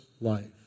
life